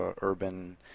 urban